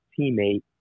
teammate